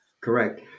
Correct